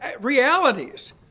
realities